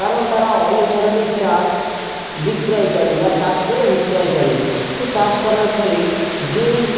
কারণ তারা অনেক ধরনের জাত বিক্রয় করে বা চাষ করে বিক্রয় করে সে চাষ করার ফলে যেই